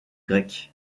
grecs